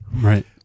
Right